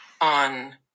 on